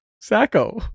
Sacco